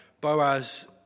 Boaz